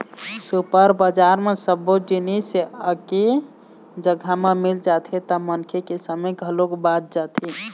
super बजार म सब्बो जिनिस एके जघा म मिल जाथे त मनखे के समे घलोक बाच जाथे